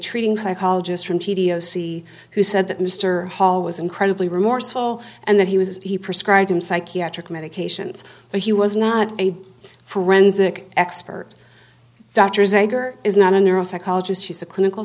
treating psychologist from t d o c who said that mr hall was incredibly remorseful and that he was he prescribed him psychiatric medications but he was not a forensic expert dr zager is not a neuro psychologist she's a clinical